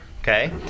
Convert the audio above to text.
Okay